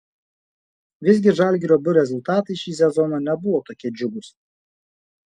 visgi žalgirio b rezultatai šį sezoną nebuvo tokie džiugūs